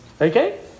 okay